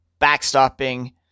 backstopping